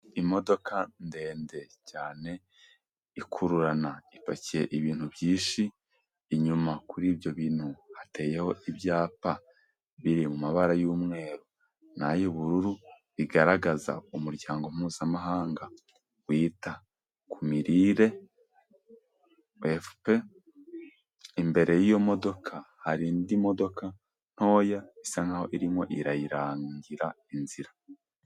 Imodoka ndende cyane ikururana ipakiye ibintu byinshi, inyuma kuri ibyo bintu hateyeho ibyapa biri mu mabara y'umweru n'ay'ubururu, bigaragaza umuryango Mpuzamahanga wita ku mirire WFP, imbere y'iyo modoka hari indi modoka ntoya isa nk'aho irimo irayirangira inzira.